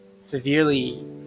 severely